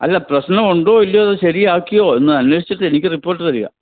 അല്ല പ്രശ്നം ഉണ്ടോ ഇല്ലയോ ശരിയാക്കിയോ എന്ന് അന്വേഷിച്ചിട്ട് എനിക്ക് റിപ്പോർട്ട് തരിക